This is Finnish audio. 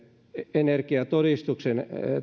energiatodistuksen